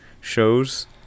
shows